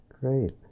Great